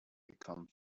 become